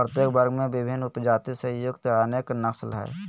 प्रत्येक वर्ग में विभिन्न उपजाति से युक्त अनेक नस्ल हइ